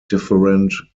different